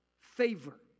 favor